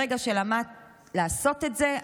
ברגע שלמדת לעשות את זה,